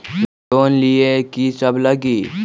Loan लिए की सब लगी?